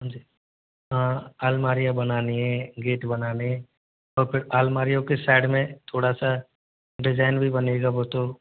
जी हाँ अलमारियां बनानी है गेट बनाने हैं और फिर अलमारियों के साइड में थोड़ा सा डिजाइन भी बनेगा वो तो